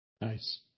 Nice